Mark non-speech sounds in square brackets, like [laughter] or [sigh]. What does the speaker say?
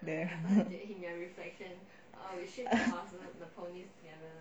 [laughs]